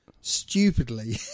stupidly